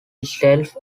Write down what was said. itself